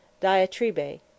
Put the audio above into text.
diatribe